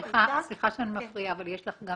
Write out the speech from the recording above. סליחה שאני מפריעה, אבל יש לך גם